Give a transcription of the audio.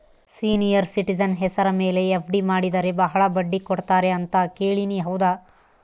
Senior citizen ಹೆಸರ ಮೇಲೆ FD ಮಾಡಿದರೆ ಬಹಳ ಬಡ್ಡಿ ಕೊಡ್ತಾರೆ ಅಂತಾ ಕೇಳಿನಿ ಹೌದಾ?